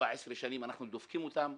- 17 שנים אנחנו דופקים אותם.